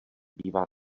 bývá